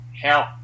help